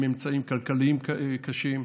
עם אמצעים כלכליים קשים,